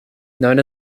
known